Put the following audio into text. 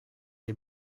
des